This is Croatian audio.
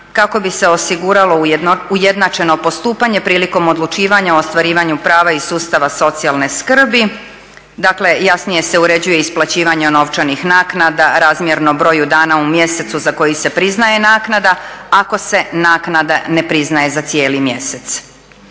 kako bi se osiguralo ujednačeno postupanje prilikom odlučivanja o ostvarivanju prava iz sustava socijalne skrbi, dakle jasnije se uređuje isplaćivanje novčanih naknada razmjerno broju dana u mjesecu za koji se priznaje naknada ako se naknada ne priznaje za cijeli mjesec.